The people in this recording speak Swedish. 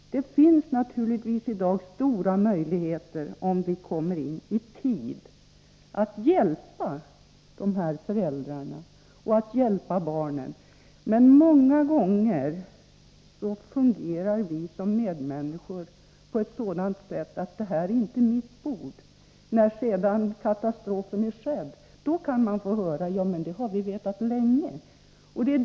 Det finns naturligtvis stora möjligheter att hjälpa föräldrarna Nr 33 och barnen — om vi kommer in i tid. Men många gånger fungerar vi Fredagen den medmänniskor som så att det är inte mitt bord. När sedan katastrofen är 25 november 1983 skedd kan man få höra: Det där har vi vetat länge.